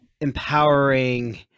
empowering